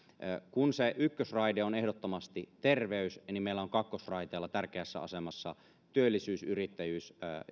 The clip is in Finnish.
kun se ykkösraide on ehdottomasti terveys niin meillä on kakkosraiteella tärkeässä asemassa työllisyys yrittäjyys